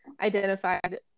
identified